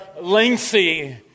lengthy